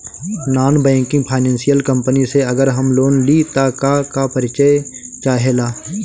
Non banking financial company से अगर हम लोन लि त का का परिचय चाहे ला?